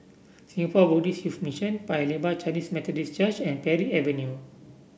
Singapore Buddhist Youth Mission Paya Lebar Chinese Methodist Church and Parry Avenue